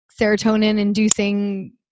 serotonin-inducing